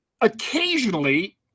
occasionally